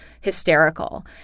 hysterical